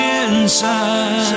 inside